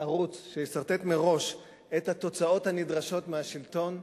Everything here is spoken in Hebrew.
ערוץ שיסרטט מראש את התוצאות הנדרשות מהשלטון,